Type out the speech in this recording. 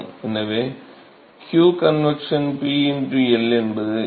எனவே q convection P L என்பது என்ன